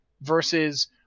versus